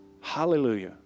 Hallelujah